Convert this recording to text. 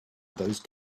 those